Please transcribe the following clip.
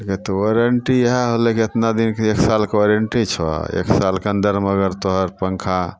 ओ तऽ वारन्टी इएह होलै कि एतना दिनके एक सालके वारन्टी छऽ एक सालके अन्दर हमर अगर तोहर पन्खा